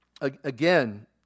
Again